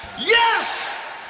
Yes